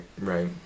right